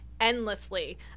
endlessly